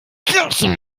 kirschen